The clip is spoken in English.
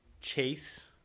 chase